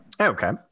Okay